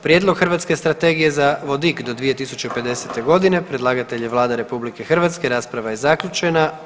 Prijedlog Hrvatske strategije za vodik do 2050.g., predlagatelj je Vlada, rasprava je zaključena.